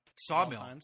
Sawmill